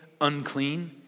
unclean